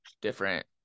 different